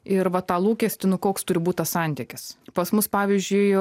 ir va tą lūkestį nu koks turi būt tas santykis pas mus pavyzdžiui